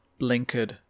blinkered